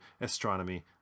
astronomy